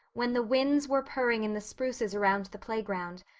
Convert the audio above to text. when the winds were purring in the spruces around the playground,